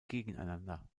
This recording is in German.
gegeneinander